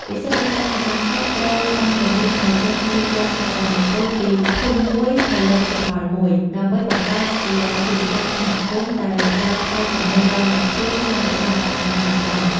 និស្សិតនៅតាមបណ្ដាខេត្តត្រូវបានបង្រៀនឱ្យចេះទាញយកសក្ដានុពលពី "ភូមិមួយ ផលិតផលមួយ" ដើម្បីបង្កើតជាអាជីវកម្មសហគមន៍ដែលផ្ដល់ផលចំណេញដល់អ្នកភូមិ និងរក្សាអត្តសញ្ញាណតំបន់។